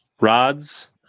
Rods